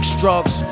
drugs